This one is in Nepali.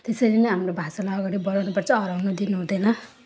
त्यसरी नै हाम्रो भाषालाई अगाडि बढाउनुपर्छ हराउनु दिनुहुँदैन